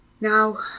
Now